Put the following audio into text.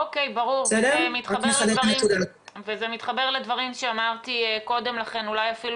זה לא משהו שארגונים בגודל שלנו בכלל יכולים